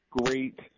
great